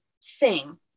sing